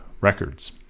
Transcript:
records